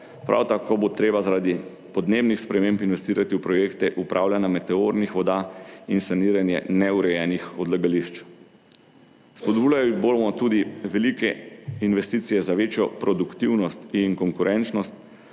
Prav tako bo treba zaradi podnebnih sprememb investirati v projekte upravljanja meteornih voda in saniranje neurejenih odlagališč. Spodbujali bomo tudi velike investicije za večjo produktivnost in konkurenčnost